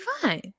fine